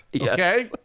Okay